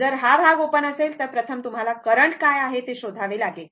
जर हा भाग ओपन असेल तर प्रथम तुम्हाला करंट काय आहे ते शोधावे लागेल